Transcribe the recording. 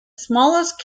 smallest